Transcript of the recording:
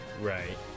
Right